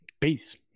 Peace